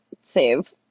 save